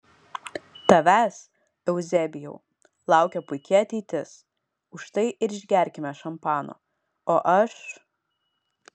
tavęs euzebijau laukia puiki ateitis už tai ir išgerkime šampano o aš